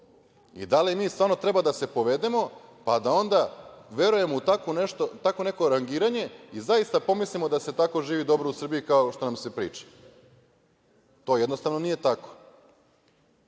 li mi stvarno treba da se povedemo, pa da onda verujemo u tako neko rangiranje i zaista pomislimo da se tako dobro živi u Srbiji kao što nam se priča? To, jednostavno, nije tako. Mi